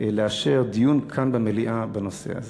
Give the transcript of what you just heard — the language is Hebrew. לאשר דיון כאן במליאה בנושא הזה.